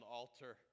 altar